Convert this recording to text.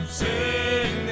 sing